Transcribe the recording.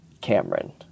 Cameron